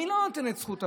מי לא נותן את זכות הבחירה?